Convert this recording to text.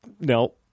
No